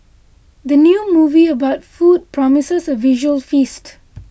the new movie about food promises a visual feast